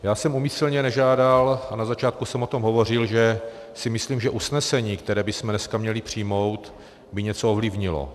Já jsem úmyslně nežádal a na začátku jsem o tom hovořil, že si myslím , že usnesení, které bychom dneska měli přijmout, by něco ovlivnilo.